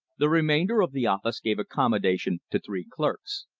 the remainder of the office gave accommodation to three clerks.